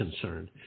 concerned